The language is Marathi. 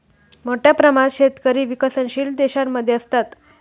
मोठ्या प्रमाणात शेतकरी विकसनशील देशांमध्ये असतात